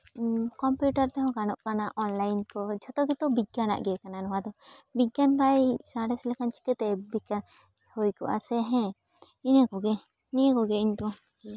computer ᱛᱮᱦᱚᱸ ᱜᱟᱱᱚᱜ ᱠᱟᱱᱟ ᱚᱱᱞᱟᱭᱤᱱ ᱡᱚᱛᱚ ᱜᱮᱛᱚ ᱵᱤᱜᱽᱜᱟᱱᱟᱜ ᱠᱟᱱᱟ ᱱᱚᱣᱟ ᱫᱚ ᱵᱤᱜᱽᱜᱟᱱ ᱵᱟᱭ ᱥᱟᱬᱮᱥ ᱞᱮᱠᱷᱟᱱ ᱪᱤᱠᱟᱹᱛᱮ ᱵᱤᱠᱟᱥ ᱦᱩᱭ ᱠᱚᱜᱼᱟ ᱥᱮ ᱦᱮᱸ ᱤᱱᱟᱹ ᱠᱚᱜᱮ ᱱᱤᱭᱟᱹ ᱠᱚᱜᱮ ᱤᱧ ᱫᱚ